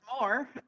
more